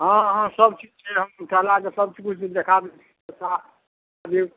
हँ हँ सब चीजसँ हम टहलाके सब चीज किछु किछु देखा दै छी सबटा देब